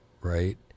Right